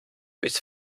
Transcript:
durchs